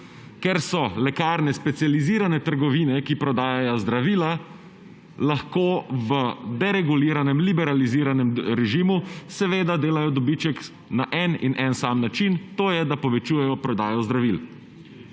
Ker so lekarne specializirane trgovine, ki prodajajo zdravila, lahko v dereguliranem, liberaliziranem režimu seveda delajo dobiček na en in en sam način, to je, da povečujejo prodajo zdravil.